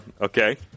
Okay